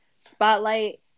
spotlight